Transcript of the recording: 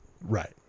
Right